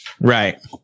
Right